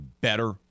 better